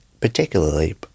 particularly